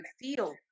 feel